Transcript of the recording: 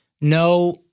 No